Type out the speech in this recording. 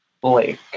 Blake